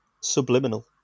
Subliminal